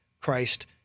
Christ